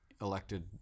elected